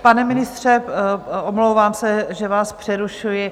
Pane ministře, omlouvám se, že vás přerušuji.